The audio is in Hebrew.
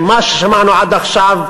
עם מה ששמענו עד עכשיו,